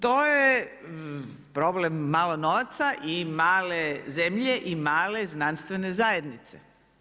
To je problem malo novaca i male zemlje i male znanstvene zajednice.